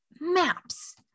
maps